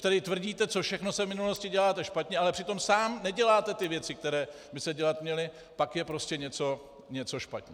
A když tady tvrdíte, co všechno se v minulosti dělalo špatně, ale přitom sám neděláte ty věci, které by se dělat měly, pak je prostě něco špatně.